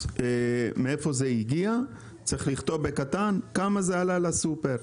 מאיפה זה הגיע יש לכתוב בקטן כמה זה עלה לסופר.